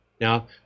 Now